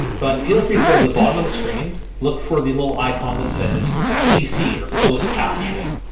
but feel free to go to the bottom of the screen. look for the little icon that says cc or closed captioning.